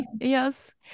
Yes